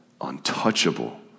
untouchable